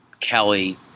Kelly